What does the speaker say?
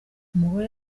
umugore